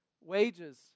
wages